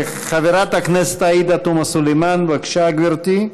חברת הכנסת עאידה תומא סלימאן, בבקשה, גברתי.